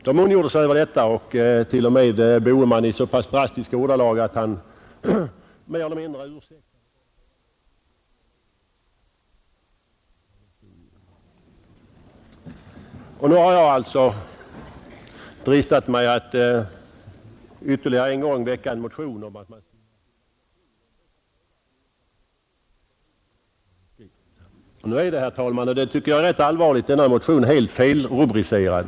De ondgjorde sig över detta; talman Boheman t.o.m. i så pass drastiska ordalag att han mer eller mindre ursäktade de ledamöter som kunde somna in vid prasslet från manuskripten i talarstolen. Nu har jag alltså dristat mig att ytterligare en gång väcka en motion om att man skulle pröva ett förbud mot manuskript. Men, herr talman — och det tycker jag är rätt allvarligt — den motionen har blivit helt felrubricerad.